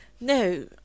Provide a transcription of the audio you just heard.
No